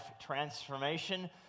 transformation